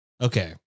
Okay